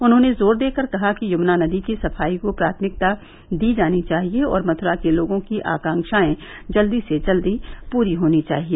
उन्होंने जोर देकर कहा कि यमुना नदी की सफाई को प्राथमिकता दी जानी चाहिए और मथुरा के लोगों की आकांक्षाएं जल्दी से जल्दी पूरी होनी चाहिए